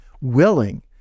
willing